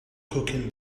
cooking